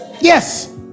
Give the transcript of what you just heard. Yes